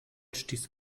stieß